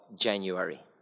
January